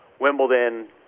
Wimbledon